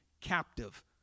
captive